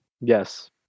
Yes